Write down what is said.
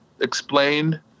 explain